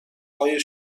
های